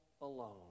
alone